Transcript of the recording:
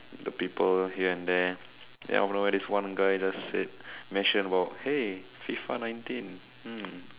the people here and there then out of nowhere this one guy just said mentioned about hey F_I_F_A nineteen hmm